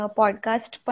podcast